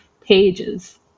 pages